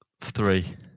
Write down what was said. Three